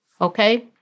okay